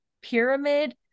pyramid